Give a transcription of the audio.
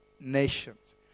nations